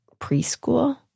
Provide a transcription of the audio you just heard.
preschool